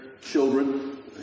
children